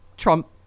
Trump